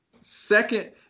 Second